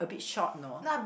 a bit short you know